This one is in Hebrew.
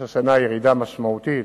יש השנה ירידה משמעותית,